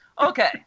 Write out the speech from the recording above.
Okay